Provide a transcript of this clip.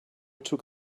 took